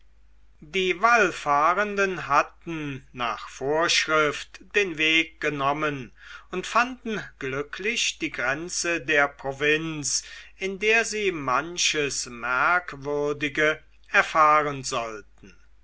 die wallfahrenden hatten nach vorschrift den weg genommen und fanden glücklich die grenze der provinz in der sie so manches merkwürdige erfahren sollten